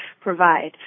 provide